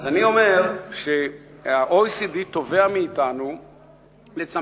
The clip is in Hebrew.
אז אני אומר שה-OECD תובע מאתנו לצמצם